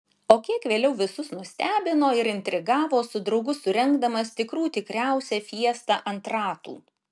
o kiek vėliau visus nustebino ir intrigavo su draugu surengdamas tikrų tikriausią fiestą ant ratų